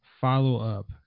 follow-up